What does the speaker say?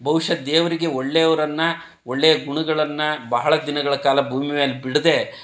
ಬಹುಶಃ ದೇವರಿಗೆ ಒಳ್ಳೆಯವರನ್ನ ಒಳ್ಳೆಯ ಗುಣಗಳನ್ನ ಬಹಳ ದಿನಗಳ ಕಾಲ ಭೂಮಿ ಮೇಲೆ ಬಿಡದೆ